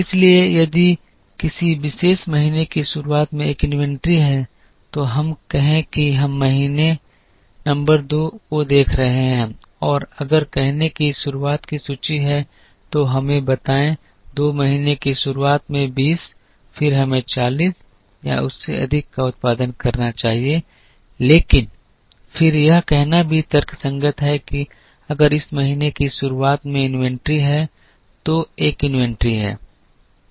इसलिए यदि किसी विशेष महीने की शुरुआत में एक इन्वेंट्री है तो हम कहें कि हम महीने नंबर दो को देख रहे हैं और अगर कहने की शुरुआत की सूची है तो हमें बताएं दो महीने की शुरुआत में 20 फिर हमें 40 या उससे अधिक का उत्पादन करना चाहिए लेकिन फिर यह कहना भी तर्कसंगत है कि अगर इस महीने की शुरुआत में इन्वेंट्री है तो एक इन्वेंट्री है